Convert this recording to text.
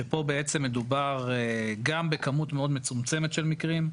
שפה בעצם מדובר גם בכמות מאוד מצומצמת של מקרים,